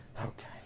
Okay